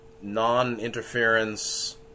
Non-interference